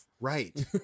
Right